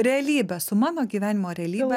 realybe su mano gyvenimo realybe